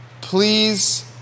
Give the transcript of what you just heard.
please